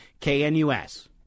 KNUS